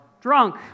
Drunk